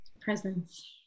presence